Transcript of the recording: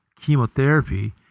chemotherapy